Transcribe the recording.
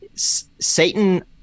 Satan